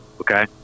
okay